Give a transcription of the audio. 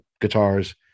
guitars